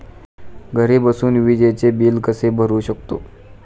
घरी बसून विजेचे बिल कसे भरू शकतो?